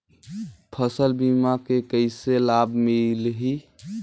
फसल बीमा के कइसे लाभ मिलही?